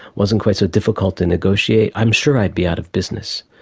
wasn't quite so difficult to negotiate, i'm sure i'd be out of business.